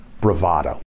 bravado